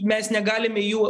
mes negalime jų